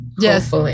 Yes